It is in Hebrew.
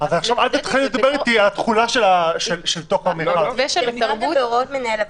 אל תתחילו לדבר איתי על התכולה של --- זה כרגע בהוראות מנהל.